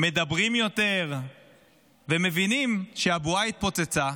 מדברים יותר ומבינים שהבועה התפוצצה,